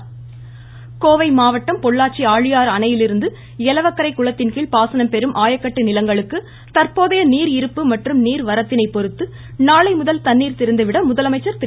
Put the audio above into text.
தண்ணீர் திறப்பு கோவை மாவட்டம் பொள்ளாச்சி ஆழியாறு அணையிலிருந்து எலவக்கரை குளத்தின்கீழ் பாசனம்பெறும் ஆயக்கட்டு நிலங்களுக்கு தற்போதைய நீர் இருப்பு மற்றும் நீர் வரத்தினை பொறுத்து நாளைமுதல் தண்ணீர் திறந்துவிட முதலமைச்சர் திரு